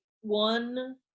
one